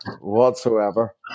whatsoever